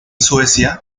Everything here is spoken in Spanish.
suecia